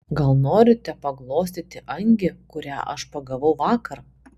gal norite paglostyti angį kurią aš pagavau vakar